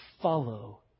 follow